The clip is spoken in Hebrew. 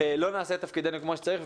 לא נעשה את תפקידנו כמו שצריך.